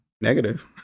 Negative